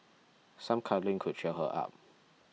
some cuddling could cheer her up